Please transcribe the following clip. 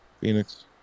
Phoenix